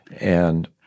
And-